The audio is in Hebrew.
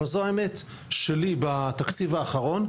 ארגון ללא כוונת רווח שפועל בשדה החברתי והחינוכי בישראל,